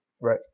Right